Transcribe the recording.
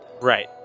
Right